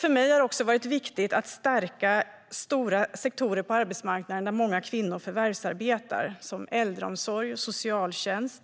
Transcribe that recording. För mig har det också varit viktigt att stärka stora sektorer på arbetsmarknaden där många kvinnor förvärvsarbetar, som äldreomsorg och socialtjänst,